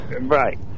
Right